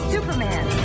Superman